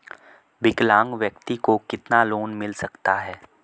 विकलांग व्यक्ति को कितना लोंन मिल सकता है?